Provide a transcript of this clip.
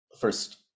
first